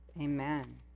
Amen